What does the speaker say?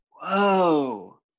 Whoa